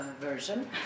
version